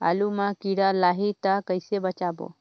आलू मां कीड़ा लाही ता कइसे बचाबो?